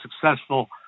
successful